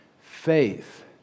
Faith